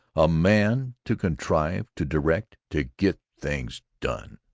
a man to contrive, to direct, to get things done.